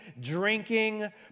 drinking